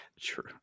True